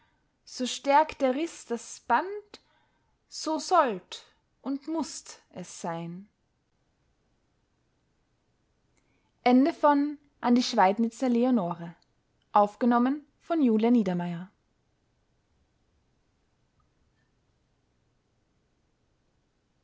so stärkt der riß das band so sollt und mußt es sein